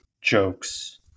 jokes